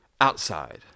outside